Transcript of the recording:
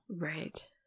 Right